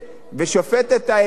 העליון